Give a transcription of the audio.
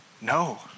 No